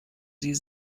sie